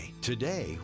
Today